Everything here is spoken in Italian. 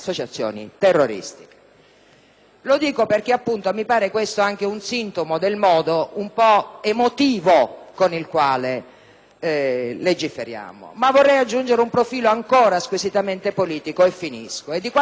Lo dico perché, appunto, mi pare questo un sintomo del modo un po' emotivo con il quale legiferiamo. Vorrei aggiungere un profilo ancora, squisitamente politico, e così concludo. È di qualche giorno fa un'affermazione